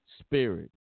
spirit